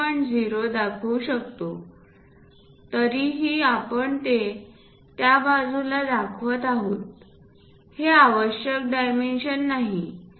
0 दाखवू शकतो तरीही आपण ते त्या बाजूला दाखवत आहोत हे आवश्यक डायमेन्शन नाही